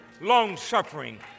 long-suffering